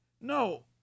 No